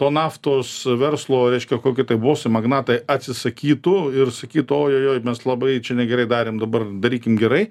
to naftos verslo reiškia koki bosai magnatai atsisakytų ir sakytų oi oi oi mes labai čia negerai darėm dabar darykim gerai